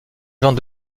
gens